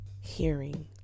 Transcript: Hearing